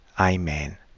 Amen